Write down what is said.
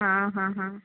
हाँ हाँ हाँ